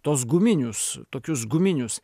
tuos guminius tokius guminius